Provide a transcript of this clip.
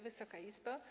Wysoka Izbo!